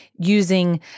using